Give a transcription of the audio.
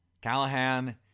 Callahan